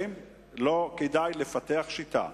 האם לא כדאי לפתח שיטה,